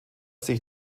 sich